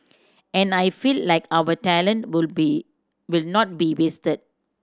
and I feel like our talent would be would not be wasted